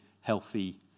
healthy